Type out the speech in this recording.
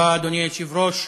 אדוני היושב-ראש,